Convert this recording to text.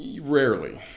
Rarely